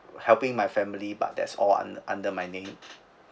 helping my family but that's all under under my name